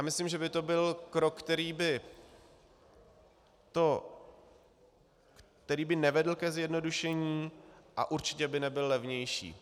Myslím, že by to byl krok, který by nevedl ke zjednodušení a určitě by nebyl levnější.